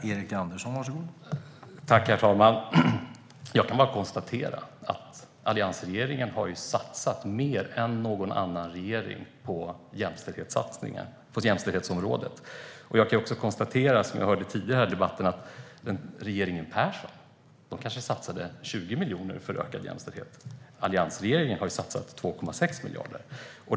Herr talman! Jag kan bara konstatera att alliansregeringen satsade mer än någon annan regering på jämställdhetsområdet. Precis som vi hörde tidigare i debatten kan jag konstatera att regeringen Persson kanske satsade 20 miljoner för ökad jämställdhet. Alliansregeringen satsade 2,6 miljarder.